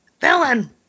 Villain